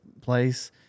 place